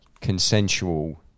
consensual